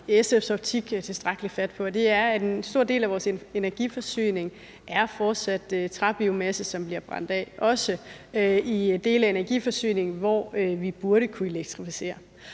fået taget tilstrækkelig fat på, og det er, at en stor del af vores energiforsyning fortsat kommer fra træbiomasse, som bliver brændt af, også i dele af energiforsyningen, hvor vi burde kunne elektrificere.